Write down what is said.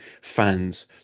fans